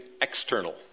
external